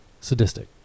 sadistic